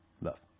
Love